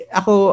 ako